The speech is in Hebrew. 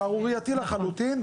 שערורייתי לחלוטין.